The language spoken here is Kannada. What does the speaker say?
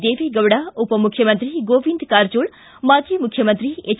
ದೇವೇಗೌಡ ಉಪಮುಖ್ಯಮಂತ್ರಿ ಗೊಂವಿಂದ್ ಕಾರಜೋಳ್ ಮಾಜಿ ಮುಖ್ಯಮಂತ್ರಿ ಎಚ್